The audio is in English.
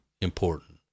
important